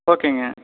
ஓகேங்க